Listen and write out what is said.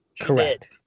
Correct